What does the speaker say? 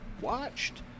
watched